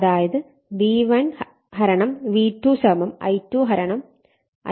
അതായത് V1 V2 I2 I1